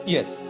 Yes